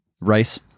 Rice